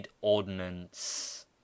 ordinance